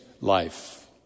life